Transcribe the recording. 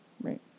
Right